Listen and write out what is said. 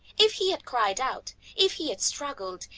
if he had cried out, if he had struggled,